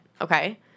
Okay